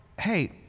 Hey